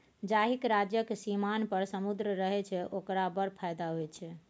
जाहिक राज्यक सीमान पर समुद्र रहय छै ओकरा बड़ फायदा होए छै